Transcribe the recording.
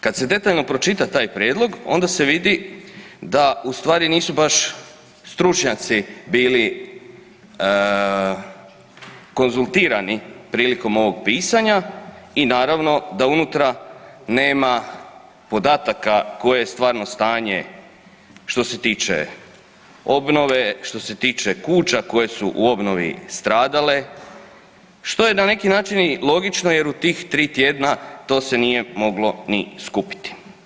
Kad se detaljno pročitaj taj prijedlog, onda se vidi da ustvari nisu baš stručnjaci bili konzultirani prilikom ovog pisanja i naravno da unutra nema podataka koje je stvarno stanje što se tiče obnove, što se tiče kuća koje su u obnovi stradale, što je na neki način i logično jer u tih tri tjedna, to se nije moglo ni skupiti.